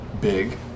big